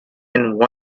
and